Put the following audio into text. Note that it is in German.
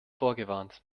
vorgewarnt